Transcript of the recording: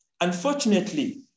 Unfortunately